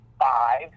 five